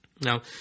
Now